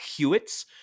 Hewitts